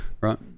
right